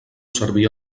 servir